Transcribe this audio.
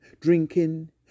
drinking